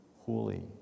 holy